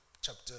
chapter